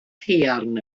haearn